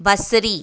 बसरी